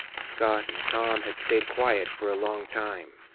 scott and tom had stayed quiet for a long time.